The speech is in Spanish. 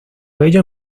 ello